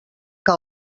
que